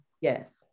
Yes